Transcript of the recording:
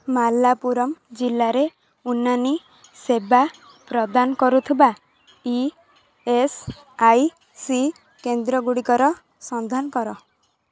ମାଲାପୁରମ୍ ଜିଲ୍ଲାରେ ଉନାନି ସେବା ପ୍ରଦାନ କରୁଥିବା ଇ ଏସ୍ ଆଇ ସି କେନ୍ଦ୍ର ଗୁଡ଼ିକର ସନ୍ଧାନ କର